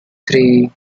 three